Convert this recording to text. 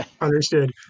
Understood